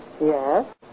Yes